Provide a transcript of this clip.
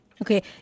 Okay